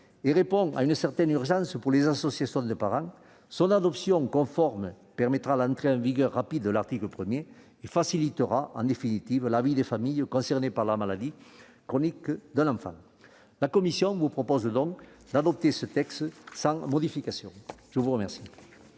et répond à une certaine urgence pour les associations de parents. Son adoption conforme permettra l'entrée en vigueur rapide de l'article 1 et facilitera, en définitive, la vie des familles concernées par la maladie chronique d'un enfant. La commission vous propose donc de l'adopter sans modification. La parole